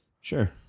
Sure